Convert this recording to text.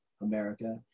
America